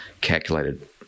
calculated